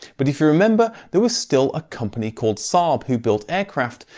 but if you remember, there was still a company called saab who built aircraft,